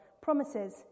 promises